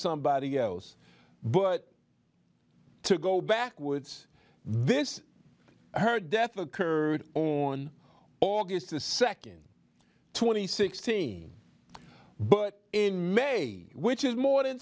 somebody else but to go backwards this her death occurred on august the second twenty sixteen but in may which is more than